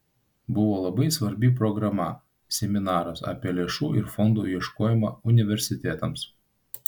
buvo labai svarbi programa seminaras apie lėšų ir fondų ieškojimą universitetams